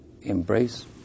embrace